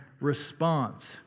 response